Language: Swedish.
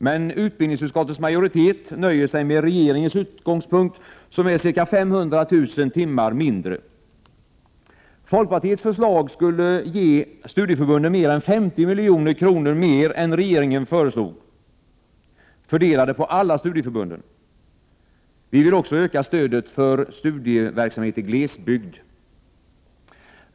Men utbildningsutskottets majoritet nöjer sig med regeringens utgångspunkt — ca 500 000 timmar mindre. Folkpartiets förslag skulle ge studieförbunden mer än 50 milj.kr. utöver vad regeringen har föreslagit — fördelat på alla studieförbunden. Vi vill också öka stödet för studieverksamhet i glesbygd.